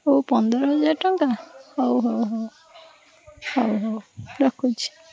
ହେଉ ପନ୍ଦର ହଜାର ଟଙ୍କା ହେଉ ହେଉ ହେଉ ହେଉ ହେଉ ରଖୁଛି